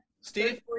Steve